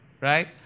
right